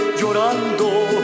llorando